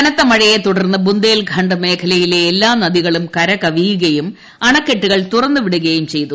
കനത്ത മഴയെ തുടർന്ന് ബുന്ദേൽഖണ്ഡ് മേഖലയിലെ എല്ലാ നദികളും കരകവിയുകയും അണക്കെട്ടുകൾ തുറന്നു വിടുകയും ചെയ്തു